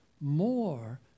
more